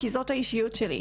כי זאת האישיות שלי.